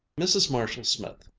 mrs. marshall-smith,